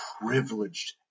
privileged